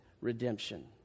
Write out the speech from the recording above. redemption